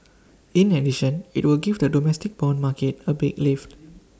in addition IT will give the domestic Bond market A big lift